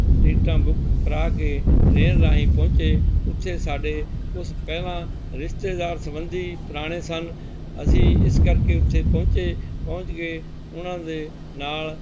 ਟਿਕਟਾਂ ਬੁੱਕ ਕਰਾ ਕੇ ਟਰੇਨ ਰਾਹੀਂ ਪਹੁੰਚੇ ਉੱਥੇ ਸਾਡੇ ਉਸ ਪਹਿਲਾਂ ਰਿਸ਼ਤੇਦਾਰ ਸੰਬੰਧੀ ਪੁਰਾਣੇ ਸਨ ਅਸੀਂ ਇਸ ਕਰਕੇ ਉੱਥੇ ਪਹੁੰਚੇ ਪਹੁੰਚ ਕੇ ਉਨ੍ਹਾਂ ਦੇ ਨਾਲ